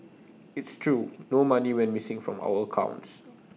it's true no money went missing from our accounts